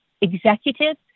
executives